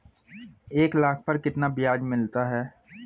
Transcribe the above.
एक लाख पर कितना ब्याज मिलता है?